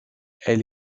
elle